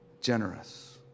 generous